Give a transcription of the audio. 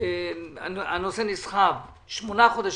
הנושא נסחב במשך שמונה חודשים.